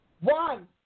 One